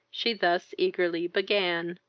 she thus eagerly began.